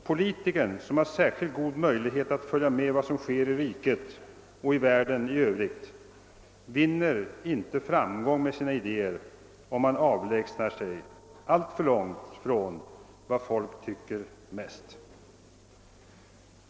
Politikern, som har särskilt god möjlighet att följa med vad som sker i riket och i världen i övrigt, vinner inte framgång med sina idéer om han avlägsnar sig alltför långt från vad folk tycker mest.